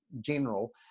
general